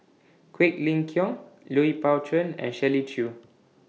Quek Ling Kiong Lui Pao Chuen and Shirley Chew